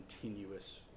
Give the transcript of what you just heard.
continuous